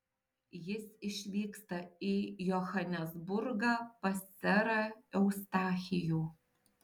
jis išvyksta į johanesburgą pas serą eustachijų